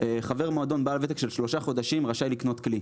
"חבר מועדון בעת ותק של שלושה חודשים רשאי לקנות כלי".